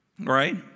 right